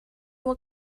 will